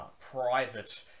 private